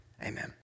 Amen